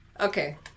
Okay